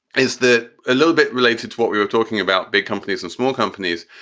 is that a little bit related to what we were talking about, big companies and small companies,